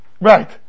Right